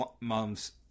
mom's